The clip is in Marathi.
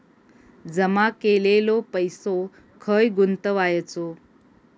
जमा केलेलो पैसो खय गुंतवायचो?